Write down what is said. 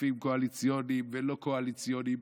כספים קואליציוניים ולא קואליציוניים,